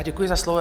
Děkuji za slovo.